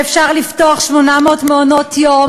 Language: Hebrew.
שאפשר לפתוח 800 מעונות-יום,